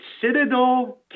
Citadel